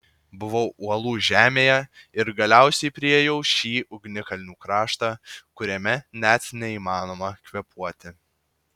buvau uolų žemėje ir galiausiai priėjau šį ugnikalnių kraštą kuriame net neįmanoma kvėpuoti